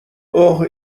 اوه